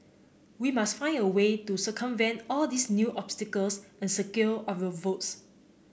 we must find a way to circumvent all these new obstacles and secure our votes